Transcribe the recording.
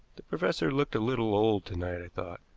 the professor looked a little old to-night, i thought.